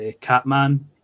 Catman